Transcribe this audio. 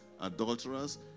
adulterers